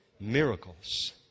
Miracles